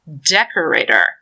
decorator